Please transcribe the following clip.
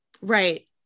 Right